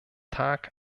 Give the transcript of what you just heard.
tag